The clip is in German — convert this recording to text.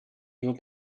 nur